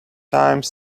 time